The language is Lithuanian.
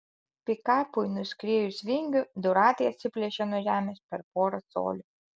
pikapui nuskriejus vingiu du ratai atsiplėšė nuo žemės per porą colių